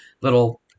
little